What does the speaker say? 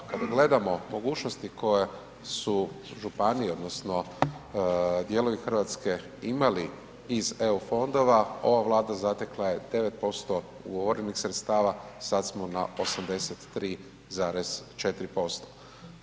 Kada gledamo mogućnosti koje su županije odnosno dijelovi RH imali iz EU fondova ova Vlada zatekla je 9% ugovorenih sredstava, sad smo na 83,4%